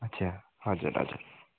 अच्छा हजुर हजुर